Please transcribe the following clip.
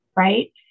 Right